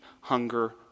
hunger